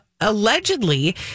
Allegedly